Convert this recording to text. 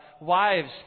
wives